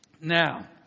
Now